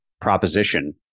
proposition